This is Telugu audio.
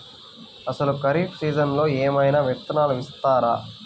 అసలు ఖరీఫ్ సీజన్లో ఏమయినా విత్తనాలు ఇస్తారా?